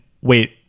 wait